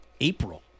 April